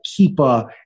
Keepa